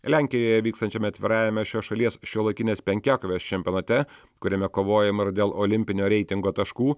lenkijoje vykstančiame atvirajame šios šalies šiuolaikinės penkiakovės čempionate kuriame kovojama ir dėl olimpinio reitingo taškų